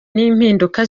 n’impinduka